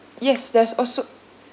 yes there's also